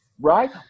Right